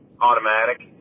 automatic